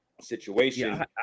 situation